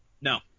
No